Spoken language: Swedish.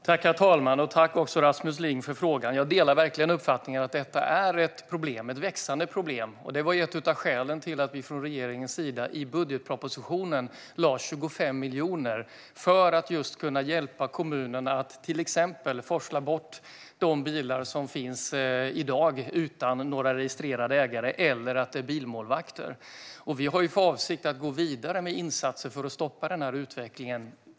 Herr talman! Tack, Rasmus Ling, för frågan! Jag delar verkligen uppfattningen att detta är ett problem, ett växande problem. Det var ett av skälen till att vi från regeringens sida i budgetpropositionen lade 25 miljoner för att kunna hjälpa kommunerna att till exempel forsla bort de bilar utan registrerade ägare som finns i dag eller att komma till rätta med bilmålvakter. Vi har för avsikt att gå vidare med insatser för att stoppa denna utveckling.